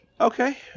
okay